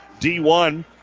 D1